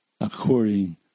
according